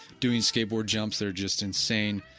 doing skateboard jumps that are just insane.